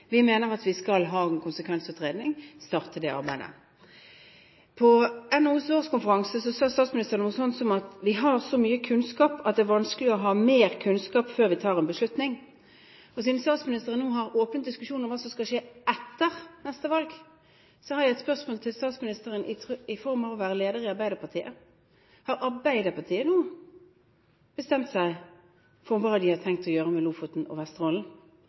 Vi mener at vi skal starte arbeidet med en konsekvensutredning. På NHOs årskonferanse sa statsministeren noe sånt som at vi har så mye kunnskap at det er vanskelig å ha mer kunnskap før vi tar en beslutning. Siden statsministeren nå har åpnet diskusjonen om hva som skal skje etter neste valg, har jeg et spørsmål til statsministeren, i kraft av å være leder i Arbeiderpartiet: Har Arbeiderpartiet nå bestemt seg for hva de har tenkt å gjøre med Lofoten og Vesterålen?